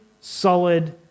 solid